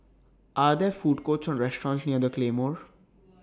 Are There Food Courts Or restaurants near The Claymore